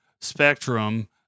spectrum